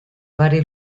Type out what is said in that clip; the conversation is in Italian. vari